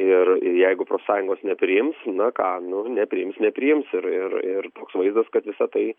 ir ir jeigu profsąjungos nepriims nuogalių nepriims nepriims ir ir ir toks vaizdas kad visa tai